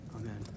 Amen